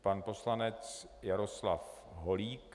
Pan poslanec Jaroslav Holík.